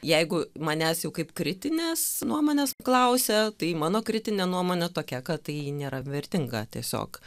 jeigu manęs jau kaip kritinės nuomonės klausia tai mano kritinė nuomonė tokia kad tai nėra vertinga tiesiog